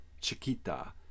Chiquita